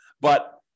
But-